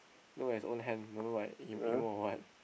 look at his own hand dunno like him emo or what